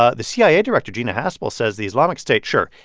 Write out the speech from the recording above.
ah the cia director, gina haspel, says the islamic state sure,